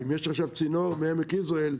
אם יש עכשיו צינור בעמק יזרעאל,